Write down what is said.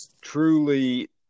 truly